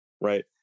right